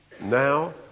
Now